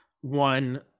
one